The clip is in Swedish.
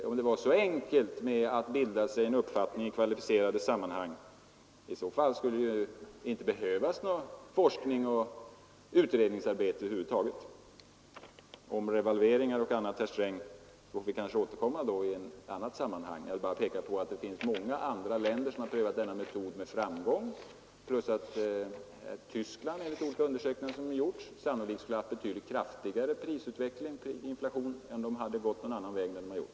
Vore det så enkelt att bilda sig en uppfattning i kvalificerade sammanhang skulle det ju inte behövas något forskningsoch utredningsarbete över huvud taget. Till revalveringar och annat, herr Sträng, får vi kanske återkomma i ett annat sammanhang. Jag vill bara påpeka att det är många länder som har prövat denna metod med framgång plus att Tyskland enligt olika undersökningar sannolikt skulle ha en betydligt kraftigare prisutveckling med inflation om landet gått en annan väg än den man valt.